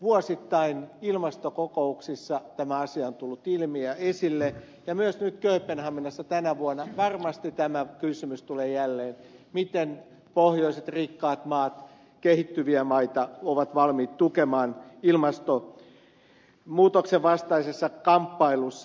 vuosittain ilmastokokouksissa tämä asia on tullut ilmi ja esille ja myös nyt kööpenhaminassa tänä vuonna varmasti tämä kysymys tulee jälleen miten pohjoiset rikkaat maat ovat valmiit tukemaan kehittyviä maita ilmastonmuutoksen vastaisessa kamppailussa